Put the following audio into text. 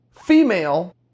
female